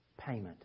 payment